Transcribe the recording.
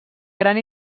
gran